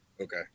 okay